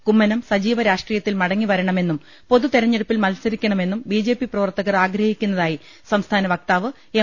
കുമ്മനം സജീവ രാഷ്ട്രീയത്തിൽ മടങ്ങിവരണമെന്നും പൊതു തെരഞ്ഞെടുപ്പിൽ മത്സരിക്കണമെന്നും ബിജെപി പ്രവർത്തകർ ആഗ്രഹിക്കുന്നതായി സംസ്ഥാന വക്താവ് എം